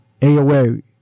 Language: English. AOA